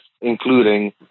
including